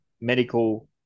medical